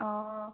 অঁ